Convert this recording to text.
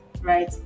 right